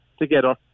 together